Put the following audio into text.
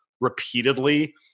repeatedly